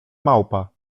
małpa